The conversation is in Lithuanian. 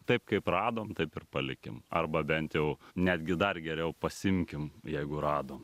taip kaip radom taip ir palikim arba bent jau netgi dar geriau pasiimkim jeigu radom